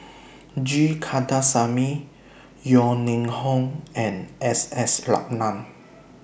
G Kandasamy Yeo Ning Hong and S S Ratnam